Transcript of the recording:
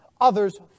others